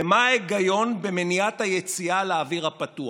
ומה ההיגיון במניעת היציאה לאוויר הפתוח?